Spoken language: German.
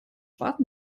warten